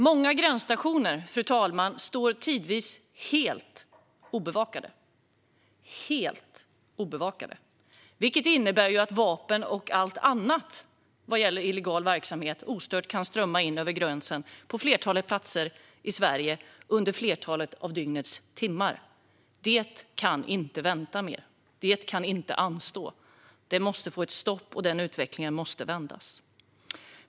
Många gränsstationer står tidvis helt obevakade, vilket innebär att vapen och illegal verksamhet ostört kan strömma in över gränsen på ett flertal platser i Sverige under flertalet av dygnets timmar. Detta kan inte anstå; det måste få ett stopp. Utvecklingen måste vändas.